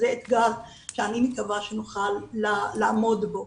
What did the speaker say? זה אתגר שאני מקווה שנוכל לעמוד בו.